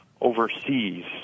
overseas